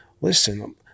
Listen